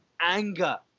anger